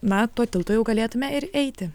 na tuo tiltu jau galėtume ir eiti